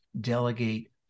delegate